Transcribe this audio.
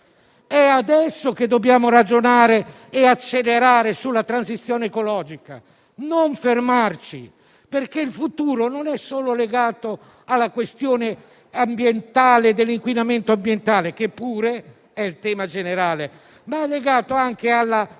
È adesso che dobbiamo ragionare e accelerare sulla transizione ecologica e non fermarci, perché il futuro è legato non solo alla questione dell'inquinamento ambientale, che pure è il tema generale, ma anche alla capacità